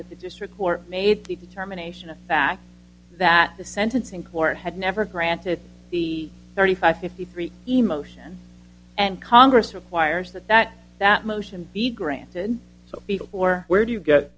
that the district court made the determination a fact that the sentencing court had never granted the thirty five fifty three emotion and congress requires that that that motion be granted or where do you get